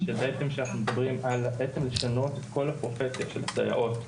על בעצם לשנות את כל הפרופסיה של סייעות.